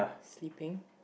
sleeping